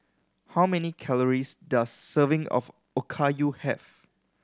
how many calories does serving of Okayu have